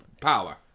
power